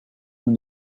nous